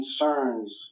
concerns